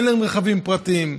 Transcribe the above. אין רכבים פרטיים,